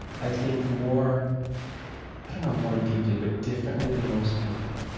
i think more i don't know more deeply, but differently than most people,